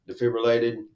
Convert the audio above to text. defibrillated